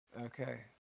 Okay